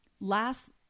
last